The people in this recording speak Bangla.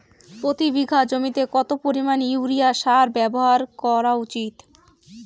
প্রতি বিঘা জমিতে কত পরিমাণ ইউরিয়া সার ব্যবহার করা উচিৎ?